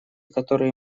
которые